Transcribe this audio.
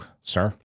sir